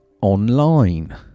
online